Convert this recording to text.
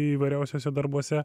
įvairiausiuose darbuose